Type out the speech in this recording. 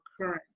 current